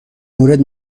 مورد